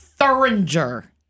thuringer